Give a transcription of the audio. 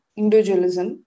individualism